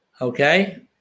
Okay